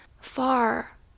far